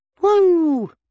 woo